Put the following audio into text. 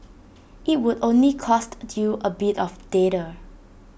IT would only cost you A bit of data